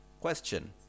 Question